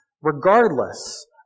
regardless